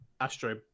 astro